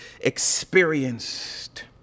experienced